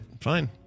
Fine